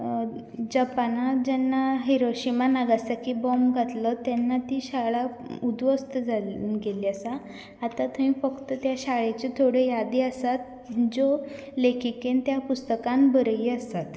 जपानांत जेन्ना Hiroshima Nagasaki bomb घातलो तेन्ना ती शाळा उध्वस्त जाल्यो आनी गेल्ली आसा आतां थंय फक्त त्या शाळेचे थोड्यो यादी आसात ज्यो लेखिकेन त्या पुस्तकांत बरयली आसात